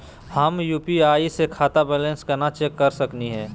हम यू.पी.आई स खाता बैलेंस कना चेक कर सकनी हे?